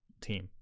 team